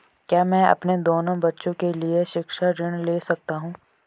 क्या मैं अपने दोनों बच्चों के लिए शिक्षा ऋण ले सकता हूँ?